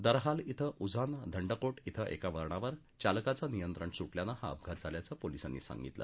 दरहाल क्वें उझान धंडकोट क्वें एका वळणावर चालकाचं नियंत्रण सुटल्यानं हा अपघात झाल्याचं पोलिसांनी सांगितलं